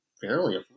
fairly